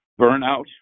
burnout